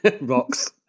rocks